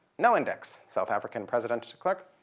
no index. south african president, de klerk,